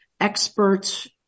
experts